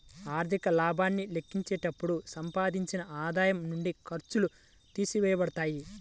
ఆర్థిక లాభాన్ని లెక్కించేటప్పుడు సంపాదించిన ఆదాయం నుండి ఖర్చులు తీసివేయబడతాయి